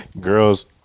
girls